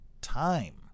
time